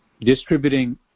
distributing